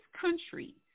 country